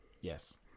Yes